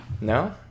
no